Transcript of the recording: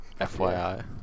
FYI